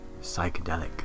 psychedelic